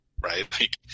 right